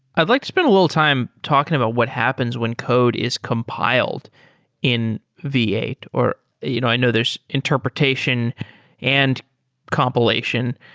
i'd like to spend a little time talking about what happens when code is compiled in v eight. you know i know there's interpretation and compilation.